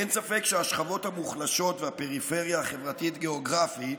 אין ספק שהשכבות המוחלשות והפריפריה החברתית-גיאוגרפית